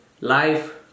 life